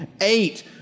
eight